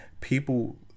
people